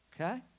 Okay